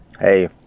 Hey